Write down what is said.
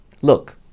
Look